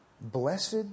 Blessed